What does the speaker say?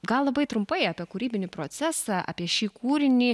gal labai trumpai apie kūrybinį procesą apie šį kūrinį